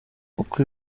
uko